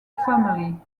family